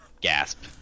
gasp